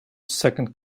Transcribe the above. second